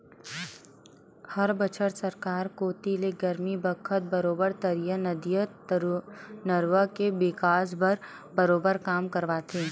हर बछर सरकार कोती ले गरमी बखत बरोबर तरिया, नदिया, नरूवा के बिकास बर बरोबर काम करवाथे